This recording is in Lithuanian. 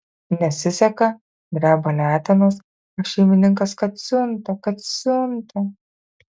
nesiseka dreba letenos o šeimininkas kad siunta kad siunta